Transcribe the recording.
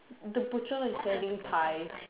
the butcher is selling pies